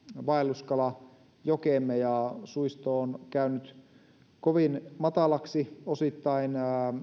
vaelluskalajokemme ja suisto on käynyt kovin matalaksi osittain